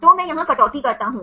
तो मैं यहाँ कटौती करता हूँ